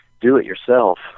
do-it-yourself